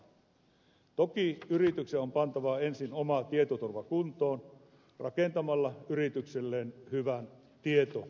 toki yrityksen on pantava ensin oma tietoturvansa kuntoon rakentamalla yritykselleen hyvä tietoturva